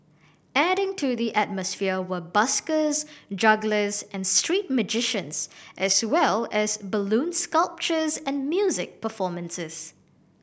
adding to the atmosphere were buskers jugglers and street magicians as well as balloon sculptures and music performances